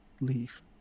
Leave